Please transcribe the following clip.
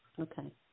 Okay